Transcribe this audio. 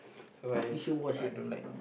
so I I don't like